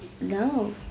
no